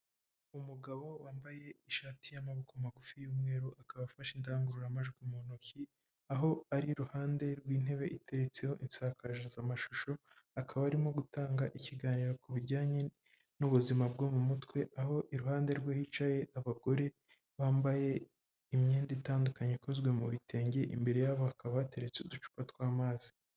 Umugabo wambaye ishati y'amaboko magufi y'umweru, akaba afashe indangururamajwi mu ntoki, aho ari iruhande rw'intebe itetseho insakazamashusho, akaba arimo gutanga ikiganiro ku bijyanye n'ubuzima bwo mu mutwe, aho iruhande rwe hicaye abagore bambaye imyenda itandukanye, yakozwe mu bitenge, imbere yabo hakaba bateretse uducupa tw'amazi.